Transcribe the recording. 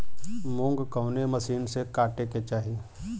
मूंग कवने मसीन से कांटेके चाही?